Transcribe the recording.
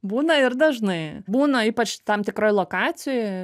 būna ir dažnai būna ypač tam tikroj lokacijoj